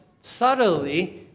subtly